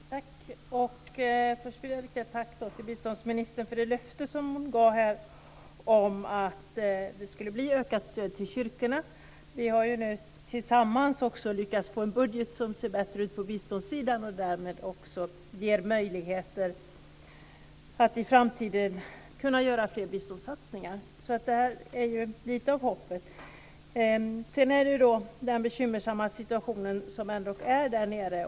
Herr talman! Först vill jag rikta ett tack till biståndsministern för det löfte som hon gav om ökat stöd till kyrkorna. Vi har nu tillsammans lyckats få till stånd en budget som ser bättre ut på biståndssidan, vilket ger möjligheter att i framtiden göra fler biståndssatsningar. Där finns lite av hopp. Det är en bekymmersam situation där nere.